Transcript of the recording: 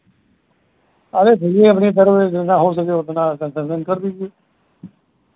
अरे फिर भी अपनी तरफ से जितना हो सके उतना कन्सेशन कर दीजिए